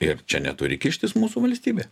ir čia neturi kištis mūsų valstybė